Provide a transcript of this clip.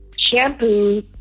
shampoo